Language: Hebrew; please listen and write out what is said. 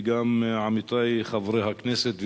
וגם עמיתי חברי הכנסת,